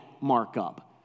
markup